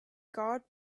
guard